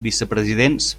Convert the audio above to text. vicepresidents